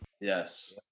Yes